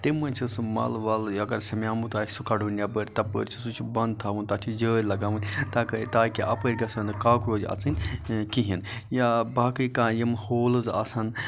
تمہِ مٔنٛزۍ چھُ سُہ مَل وَل اگر سَمیومُت آسہِ سُہ کَڑُن نیٚبَر تَپٲرۍ چھُ سُہ چھُ بَنٛد تھاوُن تتھ چھِ جٲلۍ لَگاوٕنۍ تاکہِ اَپٲرۍ گَژھَن نہٕ کوکروج اَژٕنۍ کِہیٖنۍ یا باقٕے کانٛہہ یِم ہولٕز آسَن